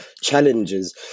challenges